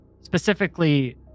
specifically